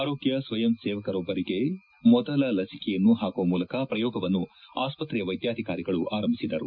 ಆರೋಗ್ಯ ಸ್ವಯಂ ಸೇವಕರೊಬ್ಬರಿಗೆ ಮೊದಲ ಲಸಿಕೆಯನ್ನು ಹಾಕುವ ಮೂಲಕ ಪ್ರಯೋಗವನ್ನು ಆಸ್ವತ್ರೆಯ ವೈದ್ಯಾಧಿಕಾರಿಗಳು ಆರಂಭಿಸಿದರು